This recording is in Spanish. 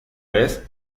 vez